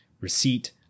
Receipt